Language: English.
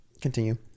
continue